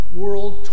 world